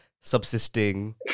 Subsisting